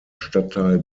stadtteil